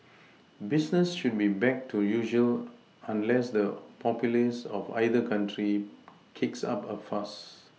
business should be back to usual unless the populace of either country kicks up a fuss